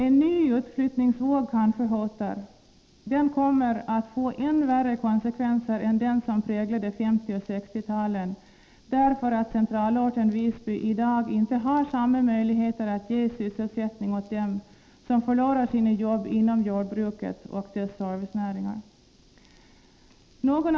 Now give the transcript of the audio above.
En ny utflyttningsvåg kanske hotar, den kommer att få än värre konsekvenser än den som präglade 1950 och 1960-talen, därför att centralorten Visby i dag inte har samma möjligheter att ge sysselsättning åt dem som förlorar sina jobb inom jordbruket och dess servicenäringar.